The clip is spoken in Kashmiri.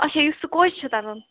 اَچھا یُس سکوٗل چھُ تَتَن